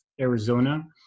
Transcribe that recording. Arizona